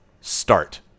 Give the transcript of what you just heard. start